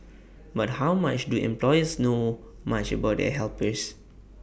but how much do employers know much about their helpers